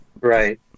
Right